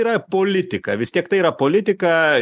yra politika vis tiek tai yra politika